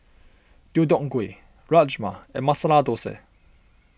Deodeok Gui Rajma and Masala Dosa